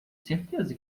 certeza